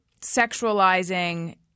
sexualizing